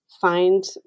Find